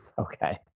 okay